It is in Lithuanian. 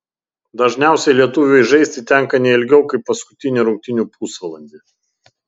dažniausiai lietuviui žaisti tenka ne ilgiau kaip paskutinį rungtynių pusvalandį